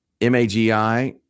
MAGI